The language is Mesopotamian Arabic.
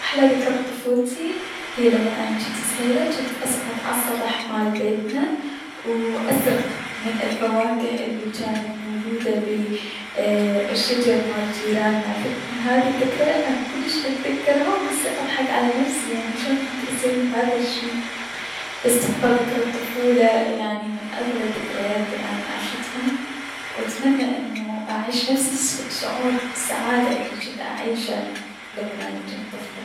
اكثر ذكرى بطفولتي هي لمن اني جنت صغيرة جنت اصعد علصطح مال بيتنا وو اسرق من الفواكه الي جانت موجودة بالشجر مال جيراننا فهذي الذكرى اني كلش اتذكرها و هسة اضحك على نفسي يعني شلون جنت اسوي هذا الشي، بس تبقى ذكرة طفولة ايي يعني من اغلى الذكريات الي اني عشتها و اتمنى انو اعيش نفس الشعولر بالسعادة الي اني جنت اعيشه لمن جنت طفلة.